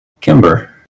Kimber